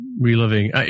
reliving